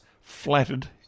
flattered